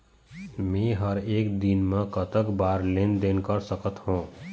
मे हर एक दिन मे कतक बार लेन देन कर सकत हों?